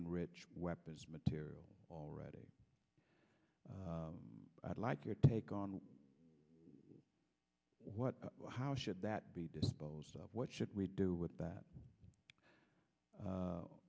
enriched weapons material already i'd like your take on what how should that be disposed of what should we do with that